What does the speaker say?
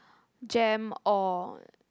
gem or